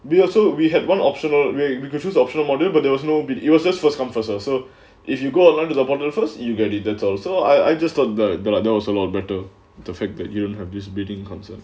we also we had one optional where we could choose optional module but there was no it was just first first serve so if you've got a london apartment first you'll get it that's also I I just like the like there was a lot better the fact that you don't have this bidding concert